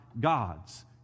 gods